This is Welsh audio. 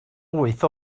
wyth